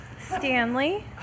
Stanley